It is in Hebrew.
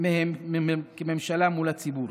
מהם כממשלה מול הציבור